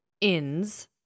ins